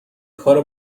کار